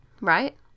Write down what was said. Right